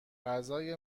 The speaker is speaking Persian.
غذای